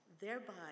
thereby